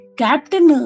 captain